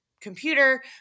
computer